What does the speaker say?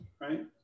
right